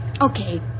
Okay